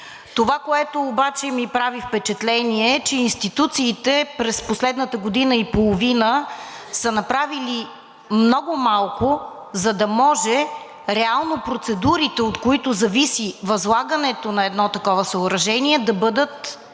Това, което обаче ми прави впечатление, е, че институциите през последната година и половина са направили много малко, за да може реално процедурите, от които зависи възлагането на едно такова съоръжение, да бъдат възложени.